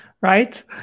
Right